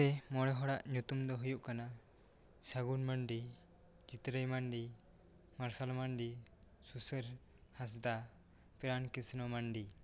ᱟᱛᱳ ᱨᱮ ᱢᱚᱬᱮ ᱦᱚᱲᱟᱜ ᱧᱩᱛᱩᱢ ᱫᱚ ᱦᱩᱭᱩᱜ ᱠᱟᱱᱟ ᱥᱟᱹᱜᱩᱱ ᱢᱟᱱᱰᱤ ᱡᱤᱛᱨᱟᱹᱭ ᱢᱟᱱᱰᱤ ᱢᱟᱨᱥᱟᱞ ᱢᱟᱱᱰᱤ ᱥᱩᱥᱟᱹᱨ ᱦᱟᱸᱥᱫᱟ ᱯᱮᱭᱟᱱ ᱠᱤᱥᱱᱚ ᱢᱟᱱᱰᱤ